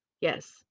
Yes